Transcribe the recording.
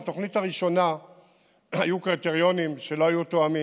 בתוכנית הראשונה היו קריטריונים שלא היו תואמים,